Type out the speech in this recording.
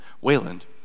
Wayland